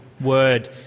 word